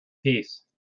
piece